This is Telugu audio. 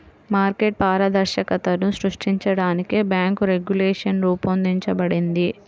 మార్కెట్ పారదర్శకతను సృష్టించడానికి బ్యేంకు రెగ్యులేషన్ రూపొందించబడింది